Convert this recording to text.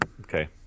Okay